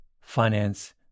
finance